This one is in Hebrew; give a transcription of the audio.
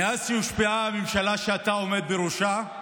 מאז שהושבעה הממשלה שאתה עומד בראשה,